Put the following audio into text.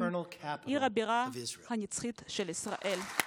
בירתה הנצחית של ישראל.